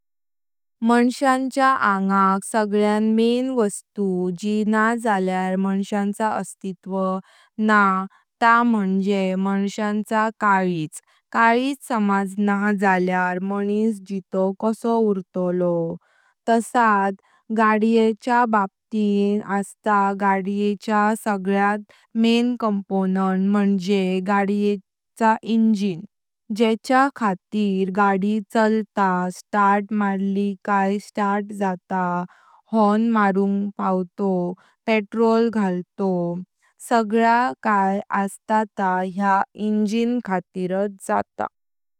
मांश्याचा आंगण सगळ्यान मैन वस्तू जी ना झाल्यार मांश्याचा अस्तित्व न्हा ता मंझे मांश्याचा कळीझ। कळीझ समाज न्हा झाल्यार मानिस जितो कसो उरतलो। तसात गाड्यांच्या बाबतीन पुला गाड्याचा सगळ्यान मैन कॉम्पोनेंट मंझे गाड्येचो इंजिन जेंच्या खातीर गाडी चालता, स्टार्ट मारली काय स्टार्ट जाता, हॉर्न मारूंग पावतोव, पेट्रोल घालतोव सगळा काट आस ता या इंजन खातीरात जाता।